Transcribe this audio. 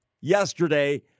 yesterday